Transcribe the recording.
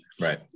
Right